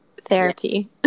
therapy